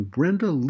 Brenda